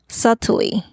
subtly